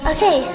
Okay